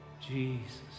Jesus